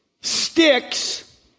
sticks